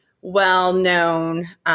well-known